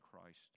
Christ